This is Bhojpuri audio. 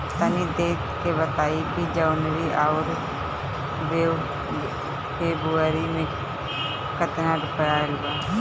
तनी देख के बताई कि जौनरी आउर फेबुयारी में कातना रुपिया आएल बा?